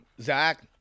Zach